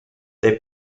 they